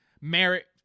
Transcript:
Merit